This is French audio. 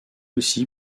aussi